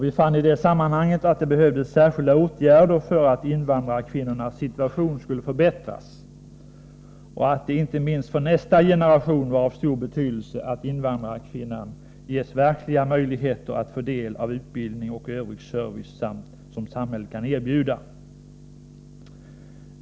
Vi fann i det sammanhanget att det behövdes särskilda åtgärder för att invandrarkvinnornas situation skulle förbättras och att det, inte minst för nästa generation, var av stor betydelse att invandrarkvinnan ges verkliga möjligheter att få del av utbildning och Övrig service som samhället kan erbjuda.